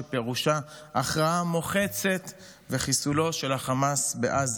שפירושה הכרעה מוחצת וחיסולו של החמאס בעזה.